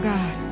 God